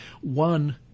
One